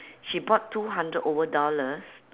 she bought two hundred over dollars